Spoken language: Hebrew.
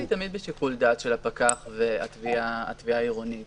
היא תמיד שיקול דעת של הפקח והתביעה העירונית.